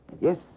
Yes